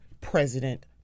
President